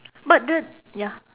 but the ya